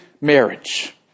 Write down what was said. marriage